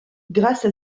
grâce